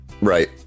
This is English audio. Right